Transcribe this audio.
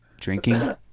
Drinking